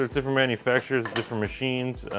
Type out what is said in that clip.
ah different manufacturers, different machines,